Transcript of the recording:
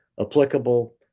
applicable